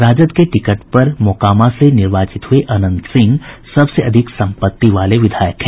राजद के टिकट पर मोकामा से निर्वाचित हुए अनंत सिंह सबसे अधिक संपत्ति वाले विधायक हैं